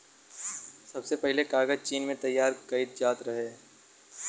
सबसे पहिले कागज चीन में तइयार कइल जात रहे